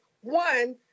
one